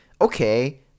okay